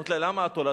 אומרת לה: למה את עולה?